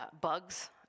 bugs